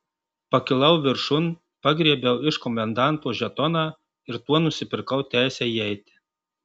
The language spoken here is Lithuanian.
pakilau viršun pagriebiau iš komendanto žetoną ir tuo nusipirkau teisę įeiti